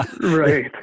Right